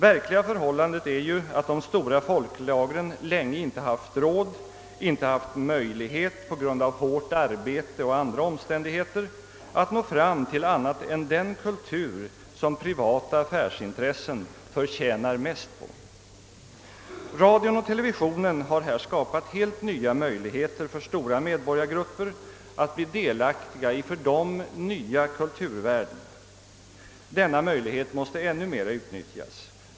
Verkliga förhållandet är ju att de stora folklagren under lång tid inte haft råd eller möjlighet — på grund av hårt arbete och andra svårigheter — att nå fram till annat än den kultur som privata affärsintressen förtjänar mest på. Radion och televisionen har här skapat helt nya möjligheter för stora medborgargrupper att bli delaktiga av för dem nya kulturvärden. Dessa möjligheter måste ännu mera utnyttjas.